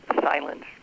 Silence